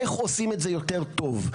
איך עושים את זה יותר טוב,